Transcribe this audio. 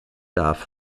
darf